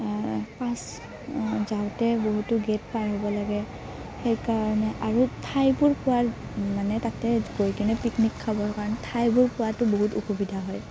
পাছ যাওঁতে বহুতো গে'ট পাৰ হ'ব লাগে সেইকাৰণে আৰু ঠাইবোৰ পোৱা মানে তাতে গৈ কিনে পিকনিক খাবৰ কাৰণ ঠাইবোৰ পোৱাতো বহুত অসুবিধা হয়